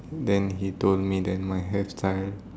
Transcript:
then he told me that my hairstyle